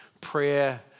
prayer